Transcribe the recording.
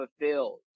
fulfilled